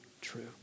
true